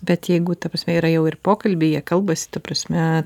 bet jeigu ta prasme yra jau ir pokalbiai jie kalbasi ta prasme